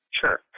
Sure